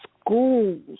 schools